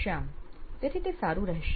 શ્યામ તેથી તે સારું રહેશે